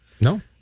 no